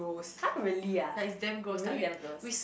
!huh! really ah you really damn gross